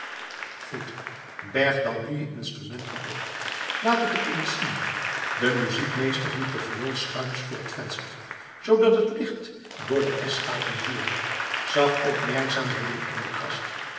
goed berg dan nu je instrument maar op laat k het eens zien de muziekmeester hield de viool schuins voor het venster zoodat het licht door de s gaten viel zag opmerkzaam binnen in de kast